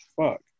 Fuck